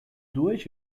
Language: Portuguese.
duas